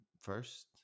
first